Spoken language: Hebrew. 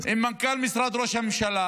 עם מנכ"ל משרד ראש הממשלה,